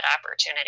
opportunity